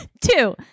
Two